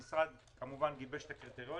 כאשר המשרד כמובן גיבש את הקריטריונים.